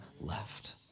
left